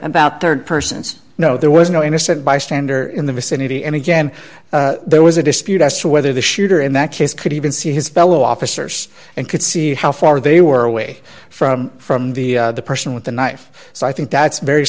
about rd persons no there was no innocent bystander in the vicinity and again there was a dispute as to whether the shooter in that case could even see his fellow officers and could see how far they were away from from the person with the knife so i think that's very